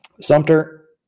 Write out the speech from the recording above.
Sumter